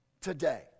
today